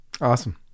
Awesome